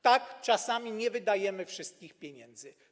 Tak, czasami nie wydajemy wszystkich pieniędzy.